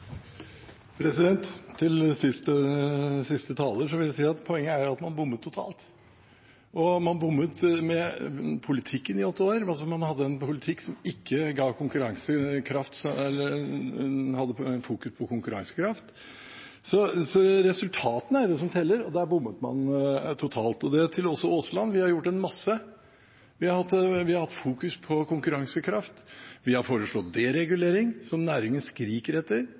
Til siste taler vil jeg si at poenget er at man bommet totalt. Man bommet med politikken i åtte år ved at man hadde en politikk som ikke fokuserte på konkurransekraft. Resultatene er jo det som teller, og der bommet man totalt. Og til Aasland: Vi har gjort en masse. Vi har fokusert på konkurransekraft, vi har foreslått deregulering – som næringen skriker etter